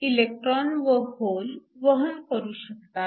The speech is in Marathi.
हे इलेक्ट्रॉन व होल वहन करू शकतात